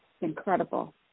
Incredible